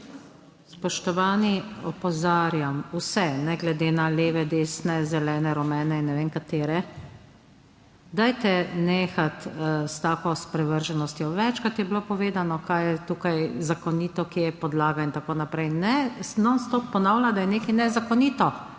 Spoštovani, opozarjam, vse, ne glede na leve, desne, zelene, rumene in ne vem katere, dajte nehati s tako sprevrženostjo. Večkrat je bilo povedano, kaj je tukaj zakonito, kje je podlaga in tako naprej, ne, non stop ponavlja, da je nekaj nezakonito.